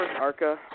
ARCA